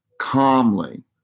calmly